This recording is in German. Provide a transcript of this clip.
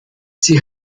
sie